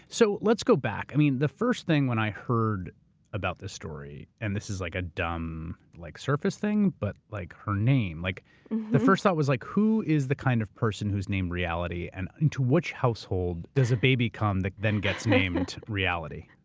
so let's go back. i mean, the first thing when i heard about this story, and this is like a dumb like surface thing, but like her name. like the first thought was like, who is the kind of person who's named reality and to which household does a baby come that then gets named reality?